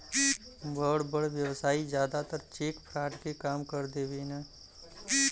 बड़ बड़ व्यवसायी जादातर चेक फ्रॉड के काम कर देवेने